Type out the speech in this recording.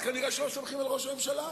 כנראה לא סומכים על ראש הממשלה.